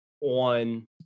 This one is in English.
on